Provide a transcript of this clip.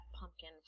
pumpkin